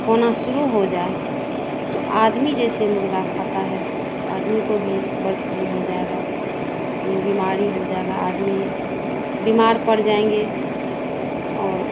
होना शुरू हो जाए तो आदमी जैसे मुर्गा खाता है तो आदमी को भी बड्ड फ्लू हो जाएगा बीमारी हो जाएगा आदमी बीमार पड़ जाएंगे और